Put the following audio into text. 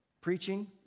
preaching